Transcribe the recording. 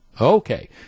Okay